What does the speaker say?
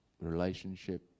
relationship